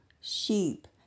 sheep